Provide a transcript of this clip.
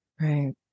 Right